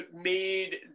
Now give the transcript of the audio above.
made